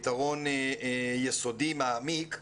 פתרון יסודי מעמיק,